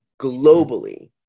globally